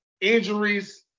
Injuries